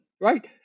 right